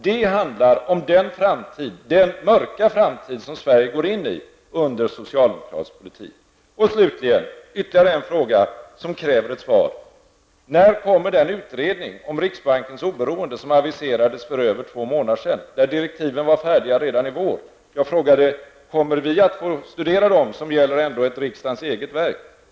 Det handlar om den mörka framtid som Sverige går in i under socialdemokratisk politik. Slutligen ytterligare en fråga som kräver ett svar: När kommer den utredning om riksbankens oberoende som aviserades för över två månader sedan? Direktiven var färdiga redan i våras. Jag frågade: Kommer vi att få studera dem, det gäller ändå ett riksdagens eget verk?